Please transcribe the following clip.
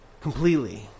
completely